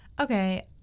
Okay